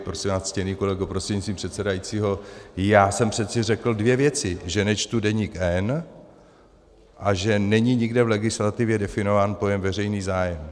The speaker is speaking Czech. Prosím vás, ctěný kolego prostřednictvím předsedajícího, já jsem přeci řekl dvě věci: Že nečtu Deník N a že není nikde v legislativě definován pojem veřejný zájem.